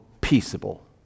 peaceable